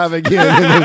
again